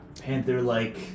panther-like